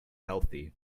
healthy